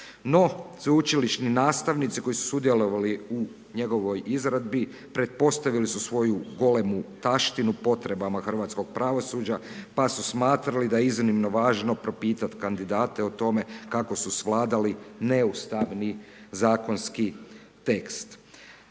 No, sveučilišni nastavnici koji su sudjelovali u njegovoj izradbi pretpostavili su svoju golemu taštinu potrebama hrvatskoga pravosuđa pa su smatrali da je iznimno važno propitati kandidate o tome kako su svladali neustavni zakonski tekst.